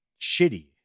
shitty